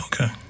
Okay